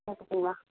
போட்டுப்பிங்களா